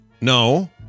no